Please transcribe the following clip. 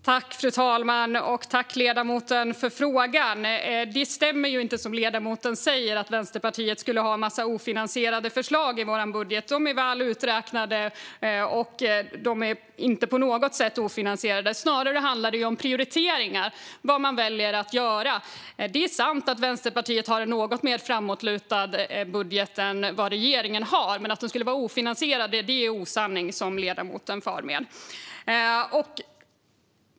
Fru talman! Tack, ledamoten, för frågan! Det stämmer inte som ledamoten säger att Vänsterpartiet har en massa ofinansierade förslag i sin budget. De är väl uträknade och inte på något sätt ofinansierade. Snarare handlar det om prioriteringar - vad man väljer att göra. Det är sant att Vänsterpartiet har en något mer framåtlutad budget än regeringen, men att förslagen skulle vara ofinansierade är en osanning som ledamoten far med.